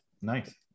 Nice